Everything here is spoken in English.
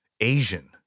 Asian